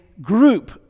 group